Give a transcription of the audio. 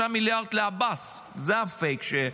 53 מיליארד לעבאס, זה הפייק.